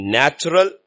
natural